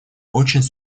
очень